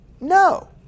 No